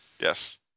Yes